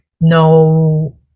no